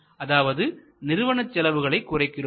அதாவது நிறுவனச் செலவுகளை குறைக்கிறோம்